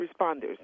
responders